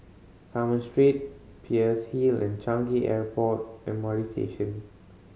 Carmen Street Peirce Hill and Changi Airport M R T Station